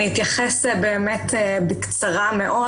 אתייחס בקצרה מאוד